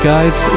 guys